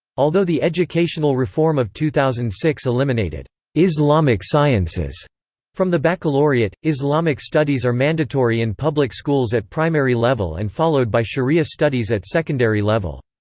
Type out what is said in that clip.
although the educational reform of two thousand and six eliminated islamic sciences from the baccalaureate, islamic studies are mandatory in public schools at primary level and followed by sharia studies at secondary level.